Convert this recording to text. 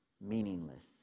Meaningless